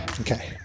Okay